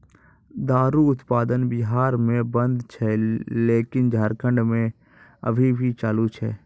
दारु उत्पादन बिहार मे बन्द छै लेकिन झारखंड मे अभी भी चालू छै